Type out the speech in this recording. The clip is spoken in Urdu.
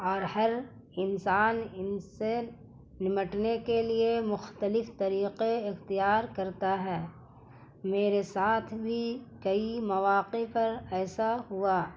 اور ہر انسان ان سے نمٹنے کے لیے مختلف طریقے اختیار کرتا ہے میرے ساتھ بھی کئی مواقع پر ایسا ہوا